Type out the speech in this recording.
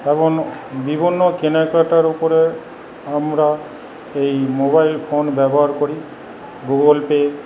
এবং বিভিন্ন কেনাকাটার ওপরে আমরা এই মোবাইল ফোন ব্যবহার করি গুগল পে